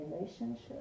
relationship